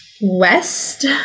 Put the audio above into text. west